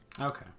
Okay